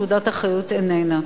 תעודת האחריות איננה.